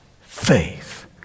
faith